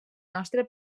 nostre